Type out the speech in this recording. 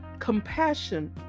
compassion